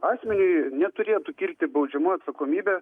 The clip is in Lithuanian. asmeniui neturėtų kilti baudžiamoji atsakomybė